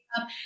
up